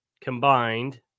combined